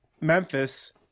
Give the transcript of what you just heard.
Memphis